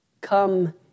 come